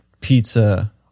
pizza